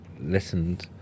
listened